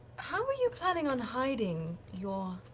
how are you planning on hiding your